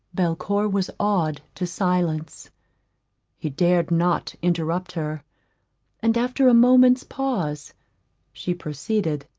belcour was awed to silence he dared not interrupt her and after a moment's pause she proceeded